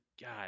God